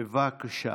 בבקשה.